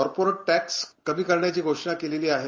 corporate tax कमी करण्याची घोषणा केलेली आहे